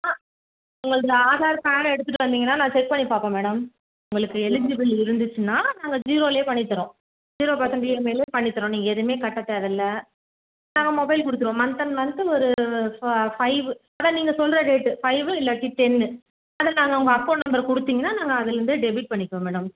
ஆ உங்களுதில் ஆதார் கார்டை எடுத்துகிட்டு வந்தீங்கன்னா நான் செக் பண்ணி பார்ப்பேன் மேடம் உங்களுக்கு எலிஜிபிள் இருந்துச்சுன்னா நாங்கள் ஜீரோலயே பண்ணித் தரோம் ஜீரோ பர்சன்ட் இஎம்ஐல பண்ணித் தரோம் நீங்கள் எதுவுமே கட்டத் தேவையில்ல நாங்கள் மொபைல் கொடுத்துடுவோம் மந்த் ஆண்ட் மந்த்து ஒரு ஃபா ஃபைவ்வு அதான் நீங்கள் சொல்லுற ரேட்டு ஃபைவ்வு இல்லாட்டி டென்னு அதை நாங்கள் உங்கள் அக்கௌண்ட் நம்பர் கொடுத்தீங்கன்னா நாங்கள் அதுலந்தே டெபிட் பண்ணிக்குவோம் மேடம்